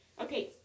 Okay